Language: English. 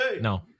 No